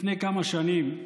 לפני כמה שנים,